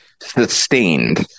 Sustained